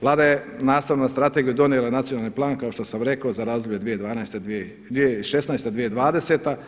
Vlada je nastavno na strategiju donijela nacionalni plan kao što sam i rekao za razdoblje od 2012. 2016./2020.